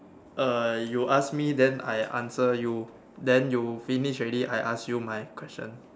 uh you ask me then I answer you then you finish already I ask you my question